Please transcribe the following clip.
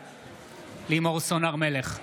בעד לימור סון הר מלך,